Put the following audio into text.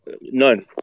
None